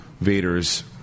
Vader's